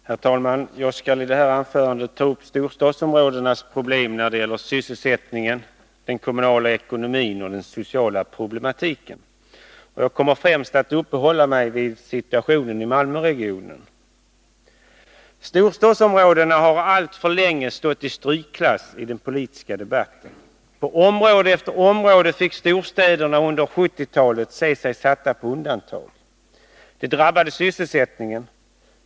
Herr talman! Jag skall i det här anförandet ta upp storstadsområdenas problem när det gäller sysselsättningen, den kommunala ekonomin och den sociala problematiken. Jag kommer främst att uppehålla mig vid situationen i Malmöregionen. Storstadsområdena har alltför länge stått i strykklass i den politiska debatten. På område efter område fick storstäderna under 1970-talet se sig satta på undantag. Det drabbade sysselsättningen.